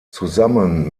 zusammen